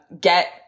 get